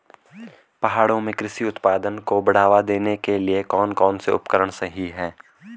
पहाड़ों में कृषि उत्पादन को बढ़ावा देने के लिए कौन कौन से उपकरण सही हैं?